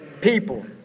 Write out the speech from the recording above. people